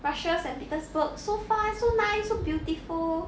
russia saint petersburg so fun so nice so beautiful